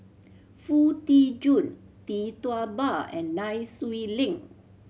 Foo Tee Jun Tee Tua Ba and Nai Swee Leng